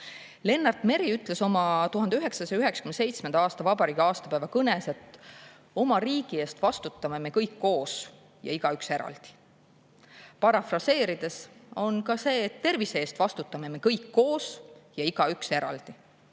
on? Lennart Meri ütles oma 1997. aasta vabariigi aastapäeva kõnes, et oma riigi eest vastutame me kõik koos ja igaüks eraldi. Parafraseerides [võib öelda], et tervise eest vastutame me kõik koos ja igaüks eraldi.